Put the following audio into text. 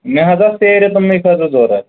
مےٚ حظ ٲس ترٛےٚ ریٚتنٕے خٲطرٕ ضروٗرت